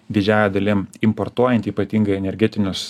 didžiąja dalim importuojant ypatingai energetinius